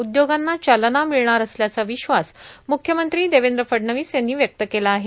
उद्योगांना चालना मिळणार असल्याचा विश्वास म्ख्यमंत्री देवेंद्र फडणवीस यांनी व्यक्त केला आहे